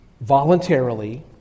voluntarily